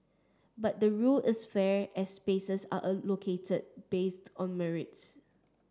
but the rule is fair as spaces are allocated based on merits